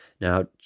Now